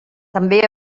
també